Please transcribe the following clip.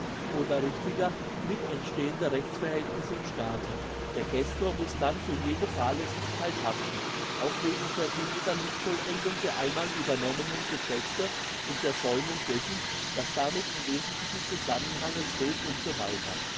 oder richtiger mitentstehende rechtsverhältniss im staate der gestor muss dann für jede fahrlässigkeit haften auch wegen verschuldeter nichtvollendung der einmal übernommenen geschäfte und versäumung dessen was damit im wesentlichen zusammenhange steht u s